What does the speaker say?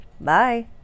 Bye